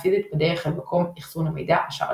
פיזית בדרך אל מקום אחסון המידע – השרתים.